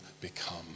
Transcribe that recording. become